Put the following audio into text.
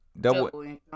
double